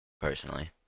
personally